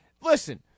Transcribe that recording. Listen